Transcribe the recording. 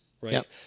Right